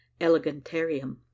elegantarium